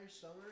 summer